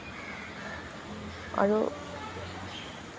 আৰু